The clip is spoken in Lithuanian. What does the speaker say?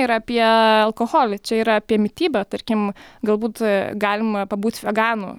ir apie alkoholį čia yra apie mitybą tarkim galbūt galima pabūti veganu